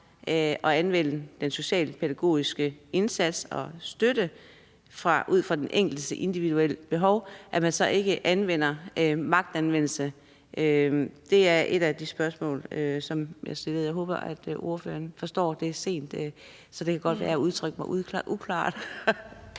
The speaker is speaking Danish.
at anvende en socialpædagogisk indsats og støtte ud fra den enkeltes individuelle behov, ikke anvender magt? Det er et af de spørgsmål, som jeg stillede. Jeg håber, at ordføreren forstår det? Det er sent, så det kan godt være, at jeg har udtrykt mig uklart.